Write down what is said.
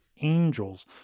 angels